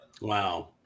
Wow